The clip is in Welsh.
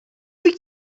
wyt